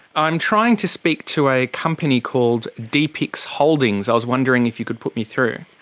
i'm trying to speak to a company called depix holdings, i was wondering if you could put me through.